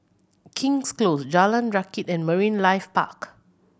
King's Close Jalan Rakit and Marine Life Park